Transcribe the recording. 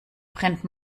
brennt